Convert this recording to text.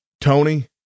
Tony